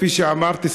כפי שאמרתי,